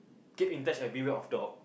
keep in touch and beware of dog